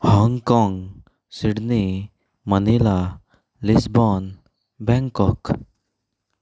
Hong काँग Sydney Manila Lisbon Bangkok